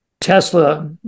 Tesla